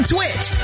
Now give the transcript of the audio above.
Twitch